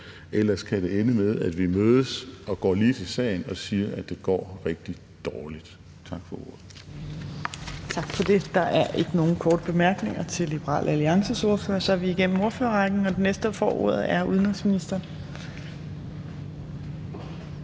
Ellers kan det ende med, at vi mødes og går lige til sagen og siger, at det går rigtig dårligt. Tak for ordet.